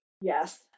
Yes